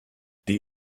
die